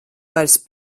vairs